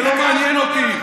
זה לא מעניין אותי.